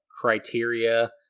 criteria